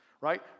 right